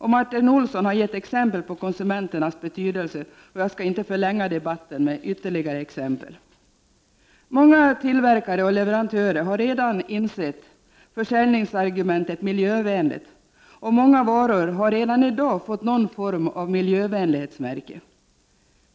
Martin Olsson har gett exempel på konsumenternas betydelse, och jag skall inte förlänga debatten med ytterligare exempel. Många tillverkare och leverantörer har redan insett försäljningsargumentet ”miljövänligt”, och många varor har redan i dag fått någon form av miljövänlighetsmärke.